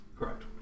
Correct